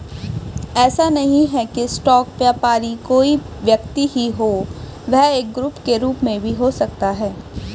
ऐसा नहीं है की स्टॉक व्यापारी कोई व्यक्ति ही हो वह एक ग्रुप के रूप में भी हो सकता है